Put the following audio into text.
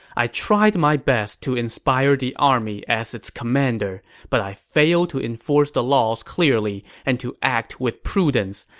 i tried my best to inspire the army as its commander, but i failed to enforce the laws clearly and to act with prudence.